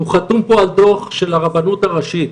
הוא חתום פה על דוח של הרבנות הראשית,